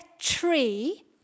tree